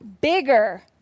bigger